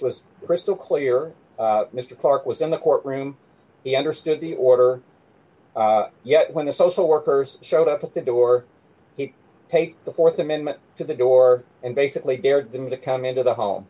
was crystal clear mr clark was in the courtroom he understood the order yet when the social workers showed up at the door d he take the th amendment to the door and basically dared them to come into the home